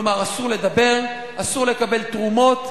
כלומר אסור לדבר, אסור לקבל תרומות.